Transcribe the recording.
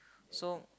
so